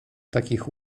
takich